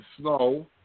snow